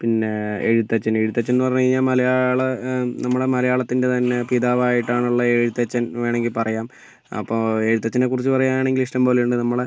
പിന്നെ എഴുത്തച്ഛൻ എഴുത്തച്ഛൻ എന്ന് പറഞ്ഞു കഴിഞ്ഞാൽ മലയാള നമ്മുടെ മലയാളത്തിൻ്റെ തന്നെ പിതാവായിട്ടാണ് എഴുത്തച്ഛൻ എന്ന് വേണമെങ്കിൽ പറയാം അപ്പോൾ എഴുത്തച്ഛനെ കുറിച്ച് പറയാൻ ആണെങ്കിൽ ഇഷ്ടംപോലെയുണ്ട് നമ്മളുടെ